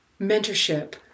Mentorship